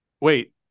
Wait